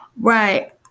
right